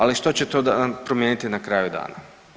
Ali što će to promijeniti na kraju dana?